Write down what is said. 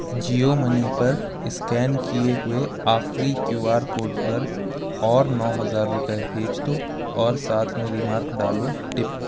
Jio money پر scan کیے ہوئے آخری کیو آر کوڈ پر اور نو ہزار روپے بھیج دو اور ساتھ میں ریمارک ڈالو ٹپ